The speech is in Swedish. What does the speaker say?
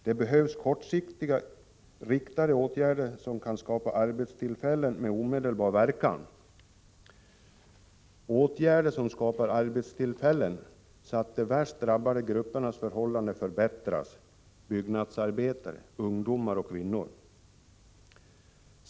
Det behövs kortsiktiga riktade åtgärder, som kan skapa arbetstillfällen med omedelbar verkan, så att förhållandena för de värst drabbade grupperna, byggnadsarbetare, ungdomar och kvinnor, förbättras.